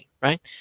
right